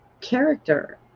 character